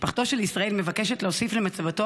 משפחתו של ישראל מבקשת להוסיף למצבתו